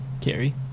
Carrie